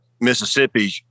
Mississippi